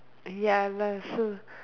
ya lah so